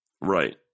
Right